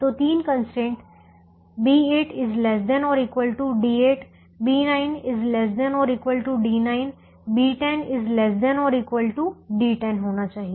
तो तीन constraint B8 ≤ D8 B9 ≤ D9 और B10 ≤ D10 होना चाहिए